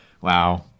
Wow